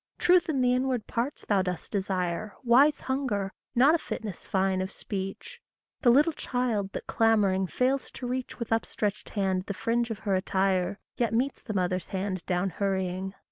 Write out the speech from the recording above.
truth in the inward parts thou dost desire wise hunger, not a fitness fine of speech the little child that clamouring fails to reach with upstretched hand the fringe of her attire, yet meets the mother's hand down hurrying.